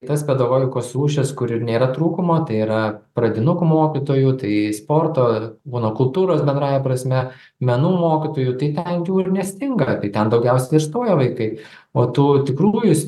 tas pedagogikos rūšis kur ir nėra trūkumo tai yra pradinukų mokytojų tai sporto ir monokultūros bendrąja prasme menų mokytojų tai ten jų ir nestinga tai ten daugiausiai ir stoja vaikai o tų tikrųjų